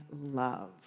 love